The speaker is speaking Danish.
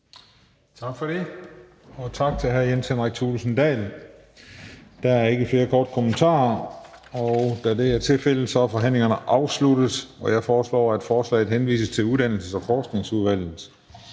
Tak for det, og tak til hr. Jens Henrik Thulesen Dahl. Der er ikke flere korte bemærkninger. Da der ikke er flere, der ønsker ordet, er forhandlingen afsluttet. Jeg foreslår, at forslaget henvises til Uddannelses- og Forskningsudvalget.